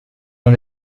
nad